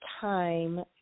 time